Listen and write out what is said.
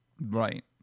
right